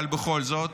אבל בכל זאת,